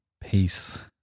Peace